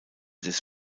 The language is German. des